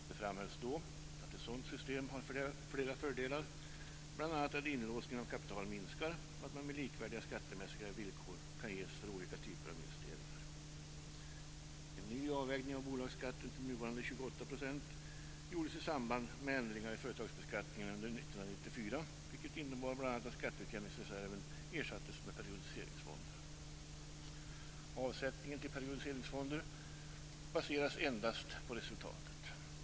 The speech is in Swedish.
Det framhölls då att ett sådant system har flera fördelar, bl.a. att inlåsningen av kapital minskar och att mer likvärdiga skattemässiga villkor kan ges för olika typer av investeringar. En ny avvägning av bolagsskatten till nuvarande 28 % gjordes i samband med ändringar i företagsbeskattningen under 1994, vilket innebar bl.a. att skatteutjämningsreserven ersattes med periodiseringsfonder. Avsättningen till periodiseringsfonder baseras endast på resultatet.